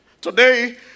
Today